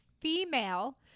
female